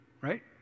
right